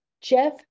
Jeff